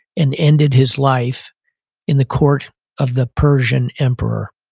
and ended his life in the court of the persian emperor.